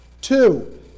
Two